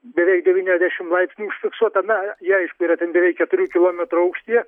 beveik devyniaisdešim laipsnių užfiksuota na jie aišku yra ten beveik keturių kilometrų aukštyje